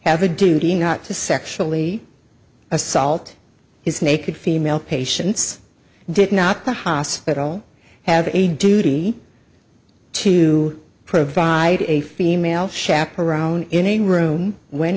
a duty not to sexually assault his naked female patients did not the hospital have a duty to provide a female chaperone in a room when